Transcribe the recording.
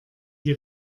die